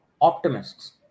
optimists